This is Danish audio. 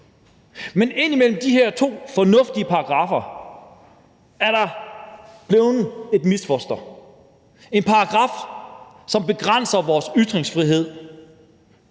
Men ind imellem de her to fornuftige paragraffer er der et misfoster – en paragraf, som begrænser vores ytringsfrihed;